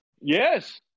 yes